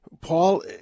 Paul